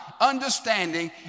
understanding